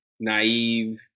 naive